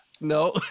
No